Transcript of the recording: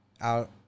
out